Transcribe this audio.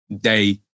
day